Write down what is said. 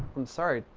i'm sorry.